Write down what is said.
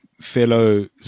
fellow